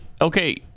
okay